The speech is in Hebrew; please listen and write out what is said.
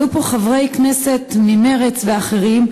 עלו פה חברי כנסת ממרצ ואחרים,